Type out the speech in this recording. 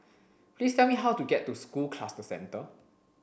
please tell me how to get to School Cluster Centre